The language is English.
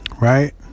Right